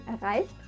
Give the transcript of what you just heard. erreicht